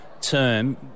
term